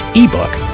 ebook